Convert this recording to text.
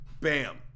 Bam